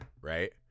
right